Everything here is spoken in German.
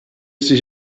sich